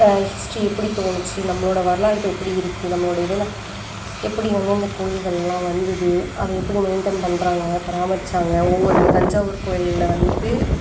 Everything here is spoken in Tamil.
ஹிஸ்ட்ரி எப்படி தோணுச்சி நம்மளோட வரலாறு இப்போ எப்படி இருக்கு நம்மளோட இதெலாம் எப்படி வந்து இந்த கோயில்கள் எல்லாம் வந்துது அதை எப்படி மெயின்டெயின் பண்ணுறாங்க பாராமரிச்சாங்க ஒவ்வொரு இந்த தஞ்சாவூர் கோயிலில் வந்து